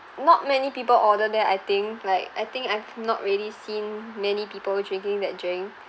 not many people order that I think like I think I've not really seen many people drinking that drink